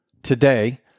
Today